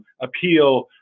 appeal